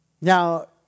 Now